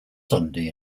sunday